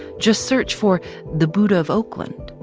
just search for the buddha of oakland.